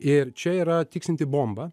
ir čia yra tiksinti bomba